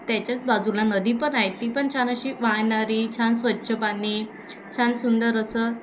त्याच्याच बाजूला नदी पण आहे ती पण छान अशी वाहणारी छान स्वच्छ पाणी छान सुंदर असं